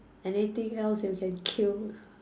anything else you can kill